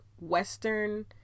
Western